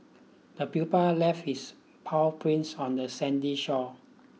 the pupil left its paw prints on the sandy shore